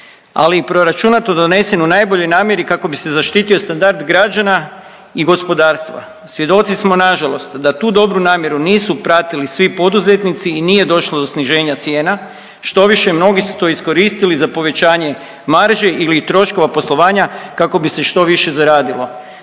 ali i proračunato donesen u najboljoj namjeri kako bi se zaštitio standard građana i gospodarstva. Svjedoci smo na žalost da tu dobru namjeru nisu pratili svi poduzetnici i nije došlo do sniženja cijena. Štoviše mnogi su to iskoristili za povećanje marže ili troškova poslovanja kako bi se što više zaradilo.